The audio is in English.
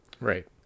Right